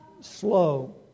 Slow